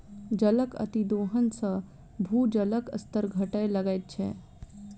जलक अतिदोहन सॅ भूजलक स्तर घटय लगैत छै